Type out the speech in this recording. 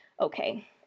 Okay